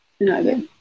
no